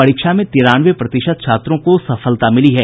परीक्षा में तिरानवे प्रतिशत छात्रों को सफलता मिली है